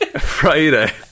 Friday